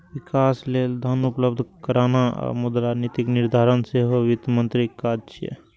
विकास लेल धन उपलब्ध कराना आ मुद्रा नीतिक निर्धारण सेहो वित्त मंत्रीक काज छियै